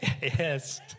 Yes